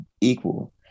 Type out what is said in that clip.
equal